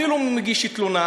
אפילו אם הוא מגיש תלונה,